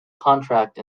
contract